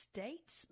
States